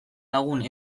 lagun